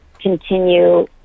continue